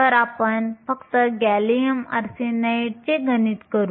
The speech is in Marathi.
तर आपण फक्त गॅलियम आर्सेनाइडचे गणित करू